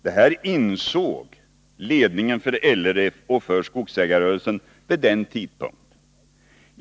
Det här insåg ledningen för LRF och för skogsägarrörelsen vid den tidpunkten.